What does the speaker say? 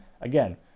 again